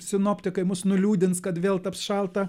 sinoptikai mus nuliūdins kad vėl taps šalta